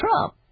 Trump